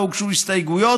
ולא הוגשו הסתייגויות.